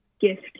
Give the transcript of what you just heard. gift